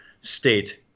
state